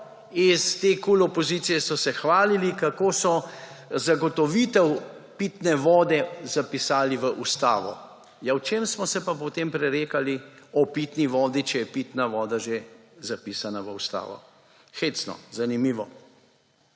iz te KUL opozicije so se hvalili, kako so zagotovitev pitne vode zapisali v ustavo. O čem smo se pa potem prerekali o pitni vodi, če je pitna voda že zapisana v ustavi? Hecno, zanimivo.